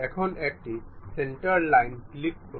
এখন একটি centre line click করুন